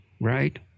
right